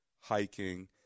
hiking